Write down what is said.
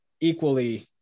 equally